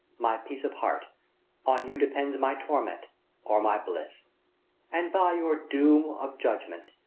my peace of heart on you depends my torment or my bliss and by your doom of judgment,